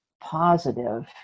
positive